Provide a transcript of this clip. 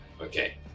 Okay